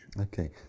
Okay